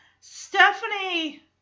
Stephanie